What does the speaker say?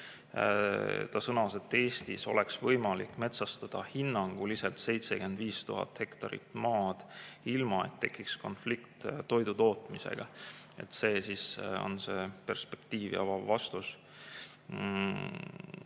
Ta sõnas, et Eestis oleks võimalik metsastada hinnanguliselt 75 000 hektarit maad, ilma et tekiks konflikt toidutootmisega. See on see perspektiiv ja vastus.